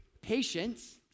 patience